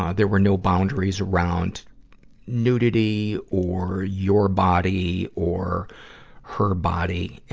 ah there were no boundaries around nudity or your body or her body.